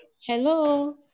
Hello